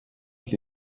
avec